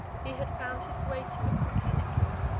he had found his way to it mechanically,